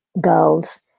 girls